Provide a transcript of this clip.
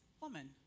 woman